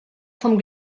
vom